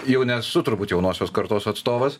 jau nesu turbūt jaunosios kartos atstovas